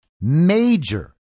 major